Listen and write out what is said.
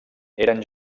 eren